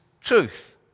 truth